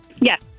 Yes